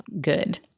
good